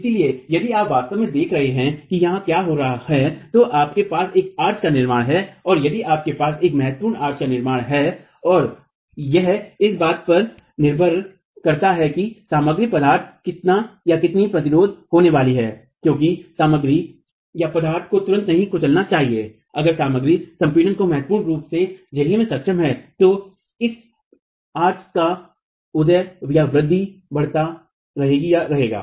इसलिए यदि आप वास्तव में देख रहे हैं कि यहां क्या हो रहा है तो आपके पास एक आर्च का निर्माण है और यदि आपके पास एक महत्वपूर्ण आर्च का निर्माण है और यह इस बात पर निर्भर करता है कि सामग्रीपदार्थ कितनी प्रतिरोधी होने वाली है क्योंकि सामग्रीपदार्थ को तुरंत नहीं कुचलना चाहिएअगर सामग्री संपीड़न को महत्वपूर्ण रूप से झेलने में सक्षम है तो इस मेहराबआर्च का उदय बढ़ता रहेगा